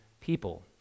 people